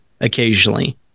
occasionally